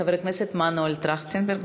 חבר הכנסת מנואל טרכטנברג,